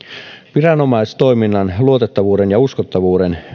viranomaistoiminnan luotettavuuden ja uskottavuuden